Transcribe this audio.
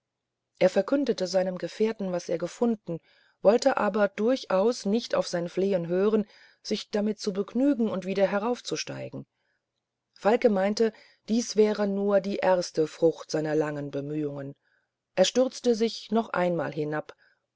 er verkündigte seinem gefährten was er gefunden wollte aber durchaus nicht auf sein flehen hören sich damit zu begnügen und wieder heraufzusteigen falke meinte dies wäre nur die erste frucht seiner langen bemühungen er stürzte sich noch einmal hinab